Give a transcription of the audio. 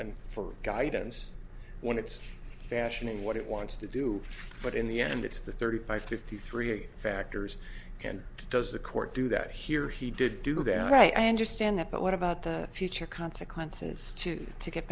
and for guidance when it's fashioning what it wants to do but in the end it's the thirty five fifty three factors and does the court do that here he did do that right i understand that but what about the future consequences too to get